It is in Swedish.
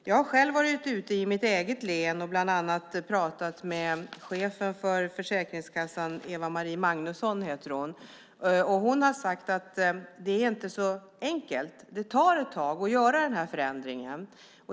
Jag har själv varit ute i mitt eget län och bland annat pratat med chefen för Försäkringskassan. Eva Maria Magnusson heter hon, och hon har sagt att det inte är så enkelt. Det tar ett tag att göra den här förändringen.